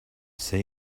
see